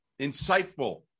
insightful